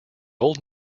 old